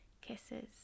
kisses